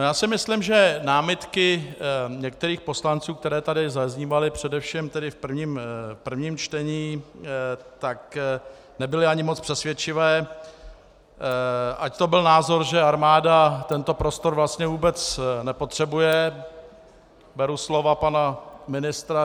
Já si myslím, že námitky některých poslanců, které tady zaznívaly především v prvním čtení, nebyly ani moc přesvědčivé, ať to byl názor, že armáda tento prostor vlastně vůbec nepotřebuje beru slova pana ministra.